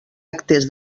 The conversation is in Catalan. actes